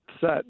set